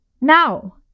Now